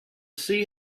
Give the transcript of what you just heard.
sea